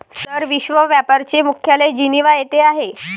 sir, विश्व व्यापार चे मुख्यालय जिनिव्हा येथे आहे